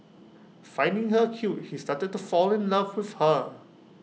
finding her cute he started to fall in love with her